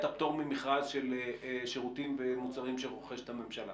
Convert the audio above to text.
הפטור ממכרז של שירותים ומוצרים שרוכשת הממשלה.